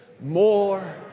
more